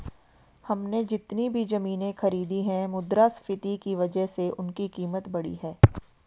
हमने जितनी भी जमीनें खरीदी हैं मुद्रास्फीति की वजह से उनकी कीमत बढ़ी है